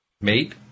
mate